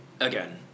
Again